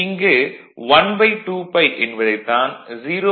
இங்கு 12π என்பதைத் தான் 0